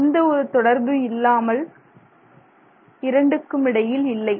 எந்த ஒரு தொடர்பு இயக்கமும் இரண்டுக்குமிடையில் இல்லை